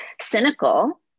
cynical